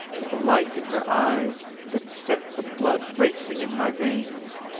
with a light in her eyes that sent the blood racing in my veins.